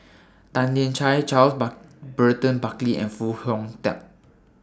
Tan Lian Chye Charles Burton Buckley and Foo Hong Tatt